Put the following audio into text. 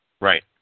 Right